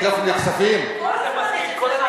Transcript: לא, ברור, ברור.